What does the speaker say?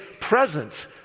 presence